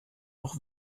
noch